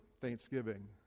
Thanksgiving